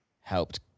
helped